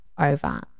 over